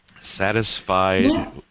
satisfied